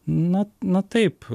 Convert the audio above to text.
na na taip